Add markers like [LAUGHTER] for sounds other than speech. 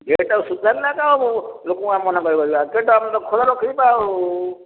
[UNINTELLIGIBLE] ଆଉ